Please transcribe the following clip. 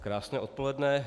Krásné odpoledne.